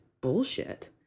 bullshit